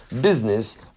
business